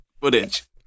Footage